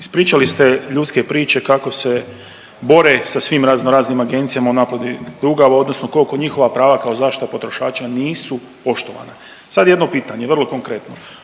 ispričali ste ljudske priče kako se bore sa svim razno raznim agencijama o naplati duga odnosno kolko njihova prava kao zaštita potrošača nisu poštovana. Sad jedno pitanje vrlo konkretno.